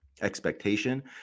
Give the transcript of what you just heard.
expectation